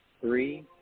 three